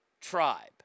tribe